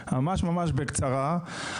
בקצרה.